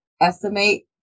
estimate